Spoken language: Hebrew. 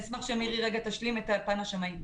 אני אשמח שמירי תשלים את הפן השמאי.